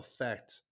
affect